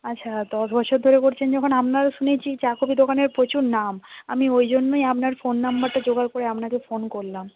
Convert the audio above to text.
আচ্ছা দশ বছর ধরে করছেন যখন আপনার শুনেছি চা কফি দোকানের প্রচুর নাম আমি ওই জন্যই আপনার ফোন নাম্বারটা জোগাড় করে আপনাকে ফোন করলাম